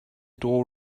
door